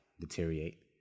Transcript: deteriorate